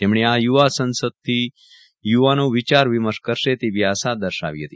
તેમણે આ યુવાસંસદથી યુવાનો વિચાર વિમર્શ કરશે તેવી આશા દર્શાવી હતી